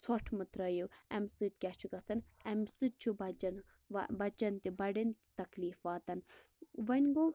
ژھوٚٹ مہٕ ترٛٲوِو اَمہِ سۭتۍ کیٛاہ چھُ گَژھان اَمہِ سۭتۍ چھُ بَچَن بَچَن تہِ بَڈٮ۪ن تَکلیٖف واتان وۅنۍ گوٚو